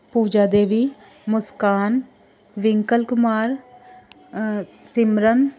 Pooja Devi Muskan Rinkal Kumar Simran